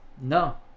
no